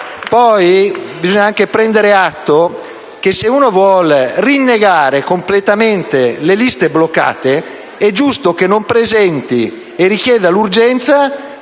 Poi bisogna anche prendere atto che se si vogliono rinnegare completamente le liste bloccate è giusto che non si richieda l'urgenza